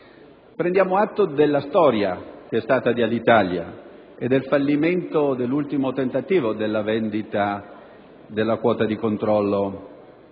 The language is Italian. Prendiamo atto di quella che è stata la storia di Alitalia e del fallimento dell'ultimo tentativo di vendita della quota di controllo